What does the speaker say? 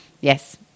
Yes